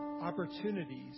opportunities